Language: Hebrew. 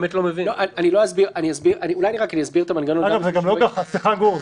סליחה גור,